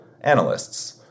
analysts